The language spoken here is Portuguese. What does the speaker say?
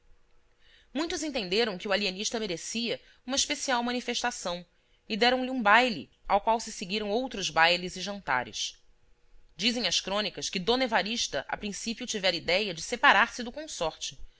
muitos entenderam que o alienista merecia uma especial manifestação e deram-lhe um baile ao qual se seguiram outros bailes e jantares dizem as crônicas que d evarista a princípio tivera idéia de separar-se do